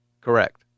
Correct